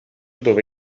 dove